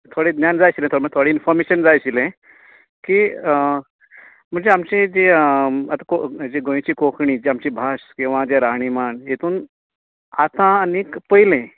थोडे न्यान जाय आशिल्ले थोडे इनफोमेशन जाय आशिल्ले कि म्हणजे आमची ती आता गोंयची कोंकणी जी आमची भास किंवा ते राहणिमान हितून आतां आनीक पयलें